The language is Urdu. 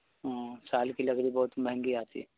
ہوں سال کی لکڑی بہت مہنگی آتی ہے